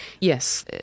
Yes